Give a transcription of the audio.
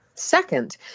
second